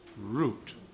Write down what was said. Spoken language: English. root